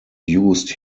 used